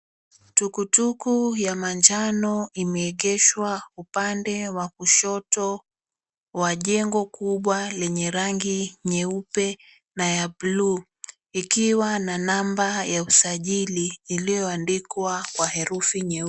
Tukutuku ya manjano imeegeshwa upande wa kushoto wa jengo kubwa lenye rangi nyeupe na ya buluu ikiwa na namba ya usajili ilioandikwa kwa herufi nyeusi.